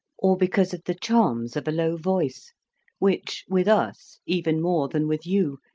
or because of the charms of a low voice which, with us, even more than with you,